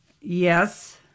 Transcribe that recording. Yes